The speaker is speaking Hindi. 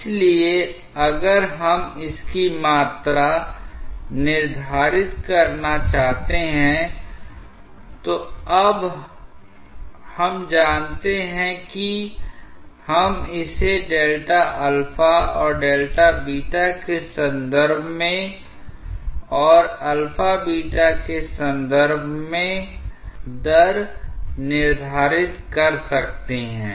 इसलिए अगर हम इसकी मात्रा निर्धारित करना चाहते हैं तो अब हम जानते हैं कि हम इसे Δα और Δβ के संदर्भ में और ά β के संदर्भ में दर निर्धारित कर सकते हैं